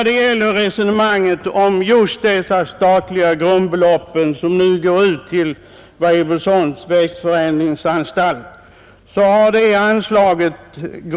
Det statliga grundbelopp som går ut till Weibullsholms växtförädlingsanstalt har stått stilla.